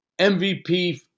MVP